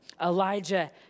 Elijah